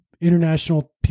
international